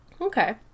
Okay